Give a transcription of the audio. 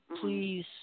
Please